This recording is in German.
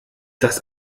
das